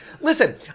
Listen